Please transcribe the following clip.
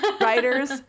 writers